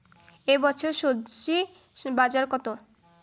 এ বছর স্বজি বাজার কত?